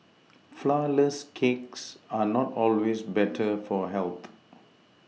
flourless cakes are not always better for health